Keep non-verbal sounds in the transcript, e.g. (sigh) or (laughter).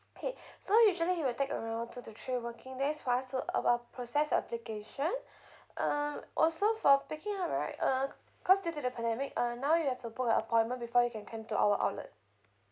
okay (breath) so usually it'll take around two to three working days for us to uh process application (breath) um also for picking up right uh cause due to the pandemic uh now you have to book a appointment before you can came to our outlet